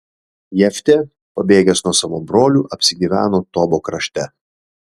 jeftė pabėgęs nuo savo brolių apsigyveno tobo krašte